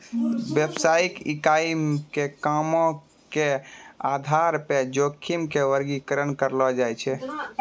व्यवसायिक इकाई के कामो के आधार पे जोखिम के वर्गीकरण करलो जाय छै